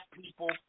people